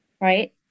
right